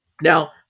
Now